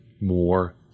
more